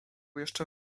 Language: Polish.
jeszcze